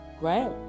Right